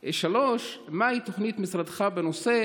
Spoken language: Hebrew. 3. מהי תוכנית משרדך בנושא